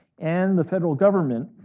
and the federal government,